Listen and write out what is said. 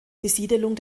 besiedelung